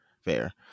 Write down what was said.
fair